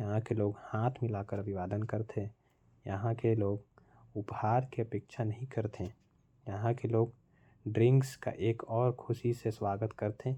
यहा के लोग हाथ मिला कर अभिवादन कर थे। यहां के लोग ड्रिंक्स कर बहुत खुशी से स्वागत करते।